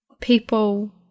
people